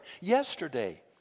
Yesterday